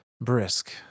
Brisk